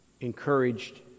encouraged